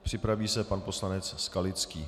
Připraví se pan poslanec Skalický.